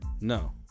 No